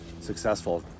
successful